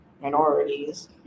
minorities